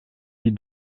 die